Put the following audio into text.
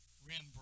Rembrandt